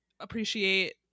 appreciate